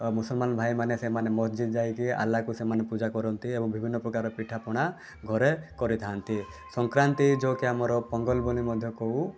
ମୁସଲମାନ୍ ଭାଇମାନେ ସେମାନେ ମସଜିଦ୍ ଯାଇକି ଆଲ୍ହାକୁ ସେମାନେ ପୂଜା କରନ୍ତି ଏବଂ ବିଭିନ୍ନ ପ୍ରକାର ପିଠାପଣା ଘରେ କରିଥାନ୍ତି ସଂକ୍ରାନ୍ତି ଯେଉଁକି ଆମର ପୋଙ୍ଗଲ୍ ବୋଲି ମଧ୍ୟ କହୁ